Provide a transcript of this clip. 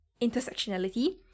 intersectionality